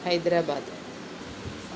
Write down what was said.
Hyderabad